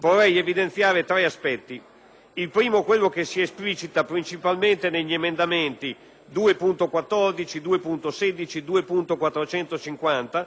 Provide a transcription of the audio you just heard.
di essi è quello che si esplicita principalmente negli emendamenti 2.14, 2.16 e 2.450, tutti tesi a ribadire